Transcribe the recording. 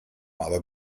aber